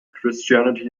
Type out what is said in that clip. christianity